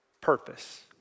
purpose